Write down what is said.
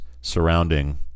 surrounding